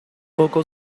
poco